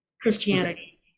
Christianity